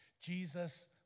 Jesus